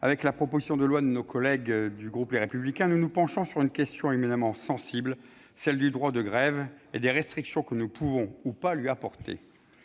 avec la proposition de loi de nos collègues du groupe Les Républicains, nous nous penchons sur une question éminemment sensible, celle du droit de grève et des restrictions que nous pouvons ou pas lui apporter.